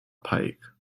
pike